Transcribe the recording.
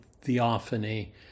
theophany